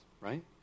right